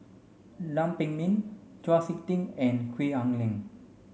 Lam Pin Min Chau Sik Ting and Gwee Ah Leng